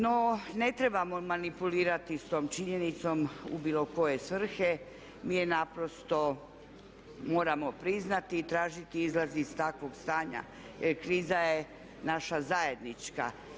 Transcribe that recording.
No, ne trebamo manipulirati sa tom činjenicom u bilo koje svrhe, mi je naprosto moramo priznati i tražiti izlaz iz takvog stanja jer kriza je naša zajednička.